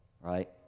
Right